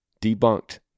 debunked